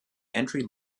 entry